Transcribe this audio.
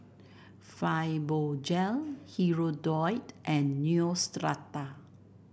Fibogel Hirudoid and Neostrata